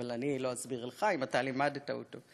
אבל אני לא אסביר לך אם אתה לימדת אותו.